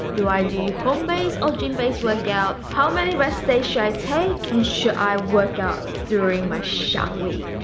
do i do home-based or gym-based workouts? how many rest days should i take and should i work out during my shark week?